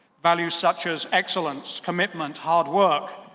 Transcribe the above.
values such as excellence, commitment, hard work,